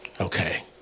Okay